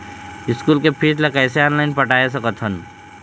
School के फीस ला कैसे ऑनलाइन पटाए सकत हव?